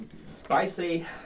Spicy